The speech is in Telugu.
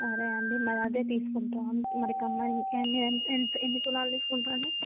సరే అండి మరి అదే తీసుకుంటారా మరి కమ్మలు ఎన్ని ఎన్ని ఎన్ని తులాలు తీసుకుంటారు అండి